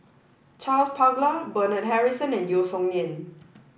Charles Paglar Bernard Harrison and Yeo Song Nian